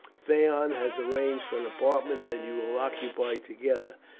phaon has arranged for an apartment that you will occupy together.